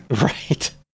right